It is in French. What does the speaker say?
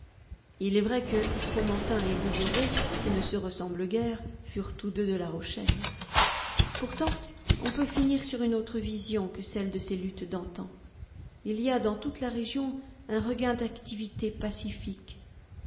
il est vrai que fromentin et bouguereau qui ne se ressemblent guère furent tous deux de la rochelle pourtant on peut finir sur une autre vision que celle de ces luttes d'antan il y a dans toute la région un regain d'activité pacifique